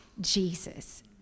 Jesus